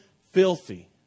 filthy